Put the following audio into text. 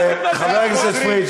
חבר הכנסת פריג',